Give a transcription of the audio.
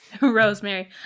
Rosemary